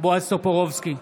בועז טופורובסקי,